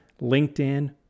LinkedIn